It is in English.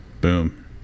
boom